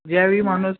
ज्यावेळी माणूस